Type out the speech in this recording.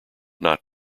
not